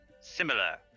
similar